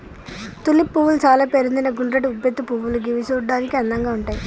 tulip పువ్వులు చాల పేరొందిన గుండ్రటి ఉబ్బెత్తు పువ్వులు గివి చూడడానికి అందంగా ఉంటయ్